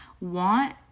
want